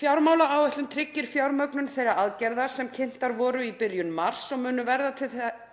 Fjármálaáætlun tryggir fjármögnun þeirra aðgerða sem kynntar voru í byrjun mars og munu verða